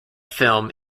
film